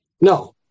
No